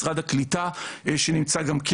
משרד הקליטה שנמצא גם כן,